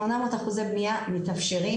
800% בנייה מתאפשרים,